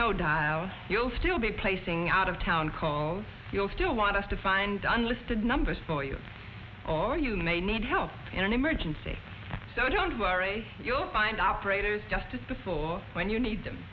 doubt you'll still be placing town calls you'll still want us to find unlisted numbers for you or you may need help in an emergency so don't worry you'll find operators just as before when you need them